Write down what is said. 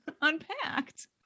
unpacked